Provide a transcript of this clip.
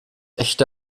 echte